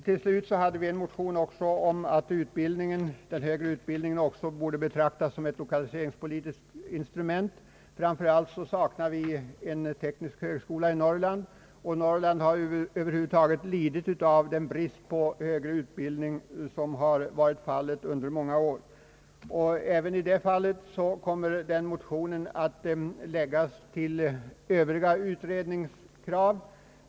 Till slut har vi i en motion väckt för slag om att den högre utbildningen ock ' så bör betraktas som ett lokaliseringspolitiskt instrument. Framför allt saknar vi en teknisk högskola i Norrland. Norrland har under många år lidit brist på institutioner för högre utbildning. även denna motion kommer att läggas till övriga utredningskrav.